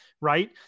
right